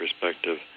perspective